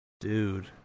Dude